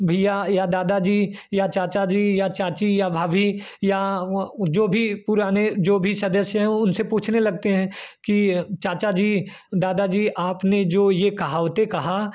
भईया या दादाजी या चाचाजी या चाची या भाभी या वंअ जो भी पुराने जो भी सदस्य है वह उनसे पूछने लगते हैं कि चाचाजी दादाजी आपने जो यह कहावतें कहा